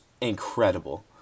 incredible